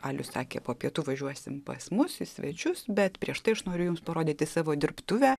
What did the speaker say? alius sakė po pietų važiuosim pas mus į svečius bet prieš tai aš noriu jums parodyti savo dirbtuvę